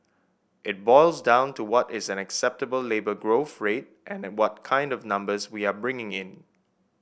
it boils down to what is an acceptable labour growth rate and what kind of numbers we are bringing in